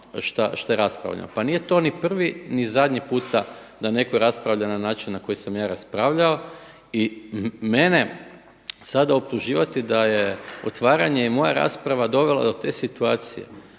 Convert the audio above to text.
šta je raspravljeno. Pa nije to ni prvi ni zadnji puta da netko raspravlja na način na koji sam ja raspravljao i mene sada optuživati da je otvaranje i moja rasprava dovela do te situacije,